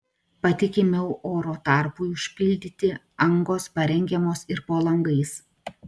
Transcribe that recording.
patikimiau oro tarpui užpildyti angos parengiamos ir po langais